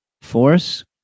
force